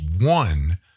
one